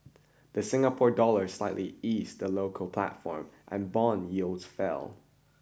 the Singapore dollar slightly eased the local platform and bond yields fell